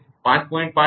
તેથી t એ 5